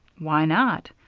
why not?